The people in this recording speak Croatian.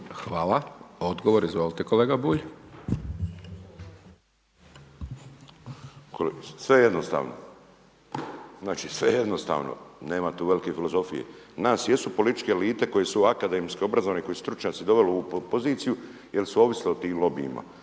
Hvala. Odgovor, izvolite kolega Bulj. **Bulj, Miro (MOST)** Sve je jednostavno, znači sve je jednostavno, nema tu velike filozofije. U nas jesu političke elite koje su akademski obrazovane, koje su stručnjaci doveli u ovu poziciju jer su ovisile o tim lobijima